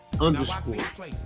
underscore